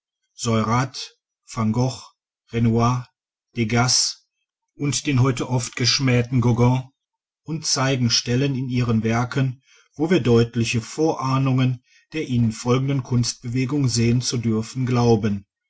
degas und den heute oft geschmähten gauguin und zeigen stellen in ihren werken wo wir deutliche vorahnungen der ihnen folgenden kunstbewegung sehen zu dürfen glauben